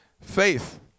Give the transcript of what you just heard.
faith